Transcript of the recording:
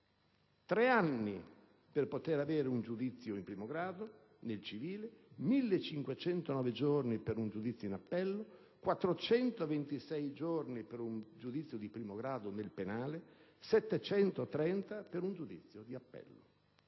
tre anni per poter avere un giudizio in primo grado nel civile, 1.509 giorni per un giudizio in appello, 426 giorni per un giudizio di primo grado nel penale, 730 per un giudizio di appello.